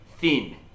thin